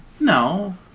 No